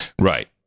Right